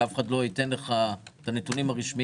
כי אף אחד לא ייתן לך את הנתונים הרשמיים,